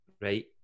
Right